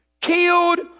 killed